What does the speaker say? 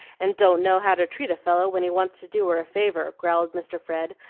and don't know how to treat a fellow when he wants to do her a favor, growled mr. fred,